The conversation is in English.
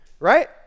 Right